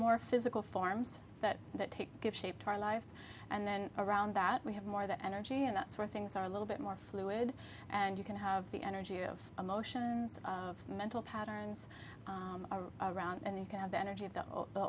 more physical forms that take give shape our lives and then around that we have more of that energy and that's where things are a little bit more fluid and you can have the energy of emotions of mental patterns around and you can have the energy of the